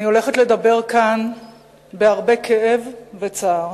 אני הולכת לדבר כאן בהרבה כאב וצער.